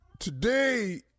Today